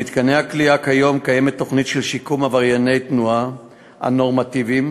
במתקני הכליאה כיום קיימת תוכנית של שיקום עברייני התנועה הנורמטיביים,